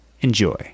Enjoy